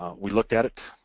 we looked at it,